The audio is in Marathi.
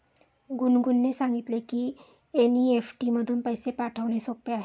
गुनगुनने सांगितले की एन.ई.एफ.टी मधून पैसे पाठवणे सोपे आहे